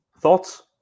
thoughts